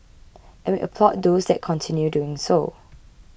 and we applaud those that continue doing so